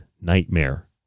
nightmare